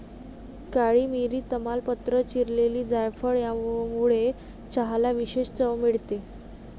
काळी मिरी, तमालपत्र, चिरलेली जायफळ यामुळे चहाला विशेष चव मिळते